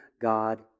God